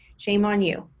shame on you.